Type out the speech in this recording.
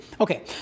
Okay